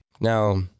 Now